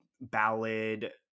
ballad